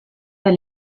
der